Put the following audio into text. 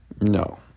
No